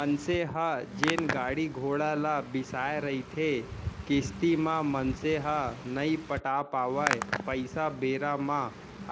मनसे ह जेन गाड़ी घोड़ा ल बिसाय रहिथे किस्ती म मनसे ह नइ पटा पावय पइसा बेरा म